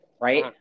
right